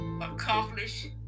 accomplish